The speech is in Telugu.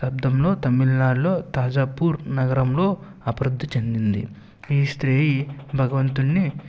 శతాబ్దంలో తమిళనాడులో తాజాపూర్ నగరంలో అభివృద్ధి చెందింది ఈ స్త్రీ భగవంతుణ్ణి